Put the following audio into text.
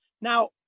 now